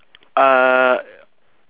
uh